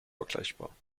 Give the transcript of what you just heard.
vergleichbar